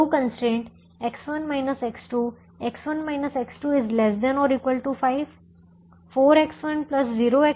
दो constraint X1 X2 X1 X2 ≤ 5 4X10X2 ≤ 24 हैं